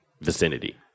vicinity